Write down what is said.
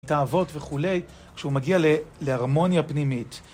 תאוות וכולי, כשהוא מגיע להרמוניה פנימית.